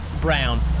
Brown